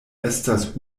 estas